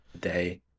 Day